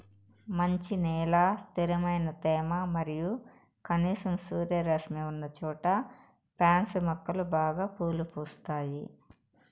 మంచి నేల, స్థిరమైన తేమ మరియు కనీసం సూర్యరశ్మి ఉన్నచోట పాన్సి మొక్కలు బాగా పూలు పూస్తాయి